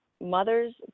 mother's